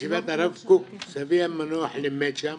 ישיבת הרב קוק, סבי המנוח לימד שם